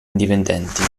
indipendenti